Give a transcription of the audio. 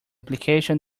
application